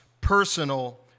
personal